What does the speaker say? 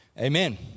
Amen